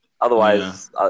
Otherwise